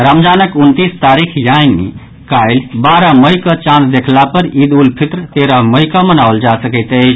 रमजानक उनतीस तारीख यानि काल्हि बारह मई कऽ चांद देखला पर ईद उल फित्र तेरह मई कऽ मनाओल जा सकैत अछि